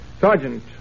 Sergeant